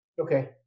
Okay